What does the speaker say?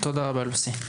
תודה רבה לוסי.